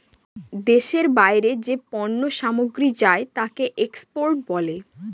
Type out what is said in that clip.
দেশের বাইরে যে পণ্য সামগ্রী যায় তাকে এক্সপোর্ট বলে